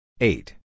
Eight